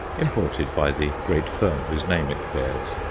imported by the great firm whose name it bears,